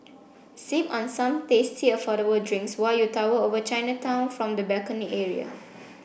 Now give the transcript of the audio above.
sip on some tasty affordable drinks while you tower over Chinatown from the balcony area